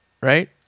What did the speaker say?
Right